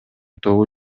тобу